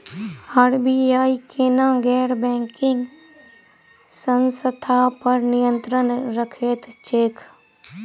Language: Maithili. आर.बी.आई केना गैर बैंकिंग संस्था पर नियत्रंण राखैत छैक?